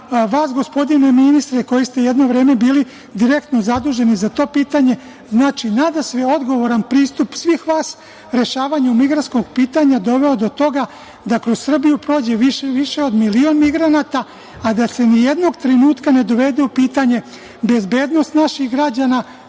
vas gospodine ministre koji ste jedno vreme bili direktno zaduženi za to pitanje, znači nadasve odgovoran pristup svih vas rešavanju migrantskog pitanja doveo do toga da kroz Srbiju prođe više od milion migranata, a da se ni jednog trenutka ne dovede u pitanje bezbednost naših građana,